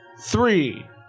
Three